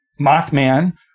Mothman